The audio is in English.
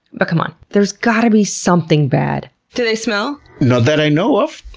but come on, there's gotta be something bad, do they smell? not that i know of,